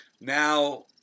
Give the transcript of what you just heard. now